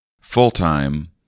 full-time